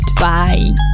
bye